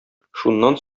шуннан